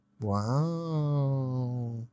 Wow